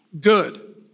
good